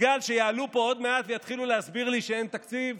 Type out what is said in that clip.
בגלל שיעלו פה עוד מעט ויתחילו להסביר לי שאין תקציב,